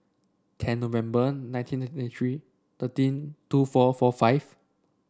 ten November nineteen ninety three thirteen two four four five